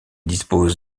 dispose